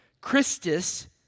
Christus